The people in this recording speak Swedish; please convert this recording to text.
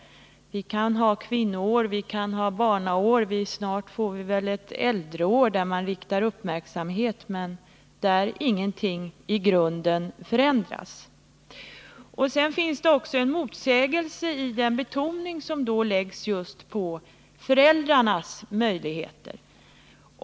Vi kan ha kvinnoår, vi kan ha barnår och snart får vi väl ett äldreår, där man ”riktar uppmärksamhet” men där ingenting i grunden förändras. Sedan finns det en motsägelse i den betoning som görs när det gäller föräldrarnas möjligheter.